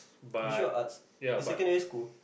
visual arts in secondary school